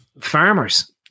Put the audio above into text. farmers